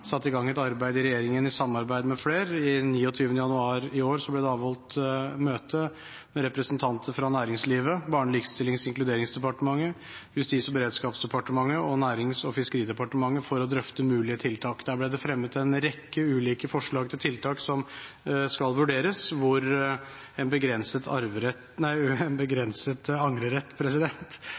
satt i gang et arbeid i regjeringen i samarbeid med flere. Den 29. januar i år ble det avholdt møte med representanter fra næringslivet, Barne-, likestillings- og inkluderingsdepartementet, Justis- og beredskapsdepartementet og Nærings- og fiskeridepartementet for å drøfte mulige tiltak. Der ble det fremmet en rekke ulike forslag til tiltak som skal vurderes, hvor en begrenset